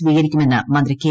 സ്വീകരിക്കുമെന്ന് മന്ത്രി കെ